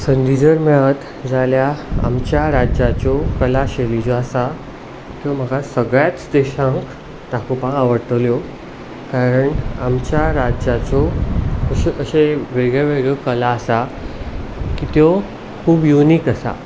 संदी जर मेळत जाल्यार आमच्या राज्याच्यो कलाशैली ज्यो आसा त्यो म्हाका सगळ्याच देशांक दाखोवपाक आवडटल्यो कारण आमच्या राज्याच्यो अश्यो अश्यो वेगळ्यो वेगळ्यो कला आसा त्यो खूब यूनिक आसा